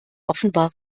offenbar